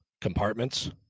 compartments